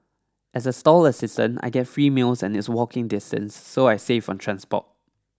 as a stall assistant I get free meals and it's walking distance so I save on transport